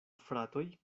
fratoj